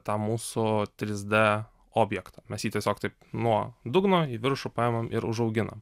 tą mūsų trys d objektą mes jį tiesiog taip nuo dugno į viršų paimam ir užauginam